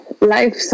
Life